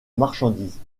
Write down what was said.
marchandises